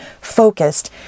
focused